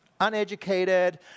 uneducated